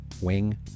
wing